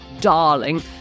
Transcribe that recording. darling